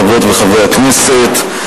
חברות וחברי הכנסת,